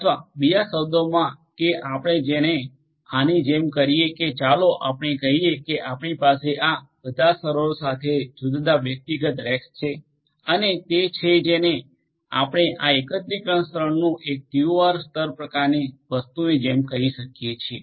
અથવા બીજા શબ્દોમાં કહીએ કે આપણે તેને આની જેમ કરીએ કે ચાલો આપણે કહીએ કે આપણી પાસે આ બધાં સર્વર્સ સાથેના જુદા જુદા વ્યક્તિગત રેક્સ છે આ તે છે જેને આપણે આ એકત્રીકરણ સ્તરનું એક ટીઓઆર સ્તર પ્રકારની વસ્તુની જેમ કહી શકીએ છીએ